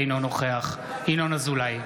אינו נוכח ינון אזולאי,